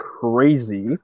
crazy